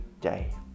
day